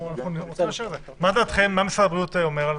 מה משרד הבריאות אומר?